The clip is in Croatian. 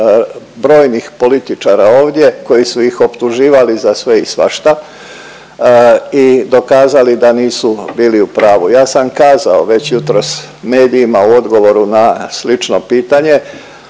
brojnih političara ovdje koji su ih optuživali za sve i svašta i dokazali da nisu bili u pravu. Ja sam kazao već jutros medijima u odgovoru na slično pitanje